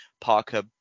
Parker